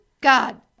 God